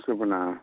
सुकुना अँ